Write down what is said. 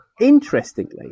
Interestingly